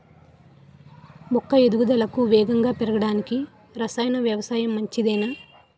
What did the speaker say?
మొక్క ఎదుగుదలకు వేగంగా పెరగడానికి, రసాయన వ్యవసాయం మంచిదేనా?